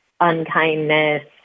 unkindness